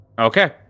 Okay